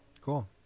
Cool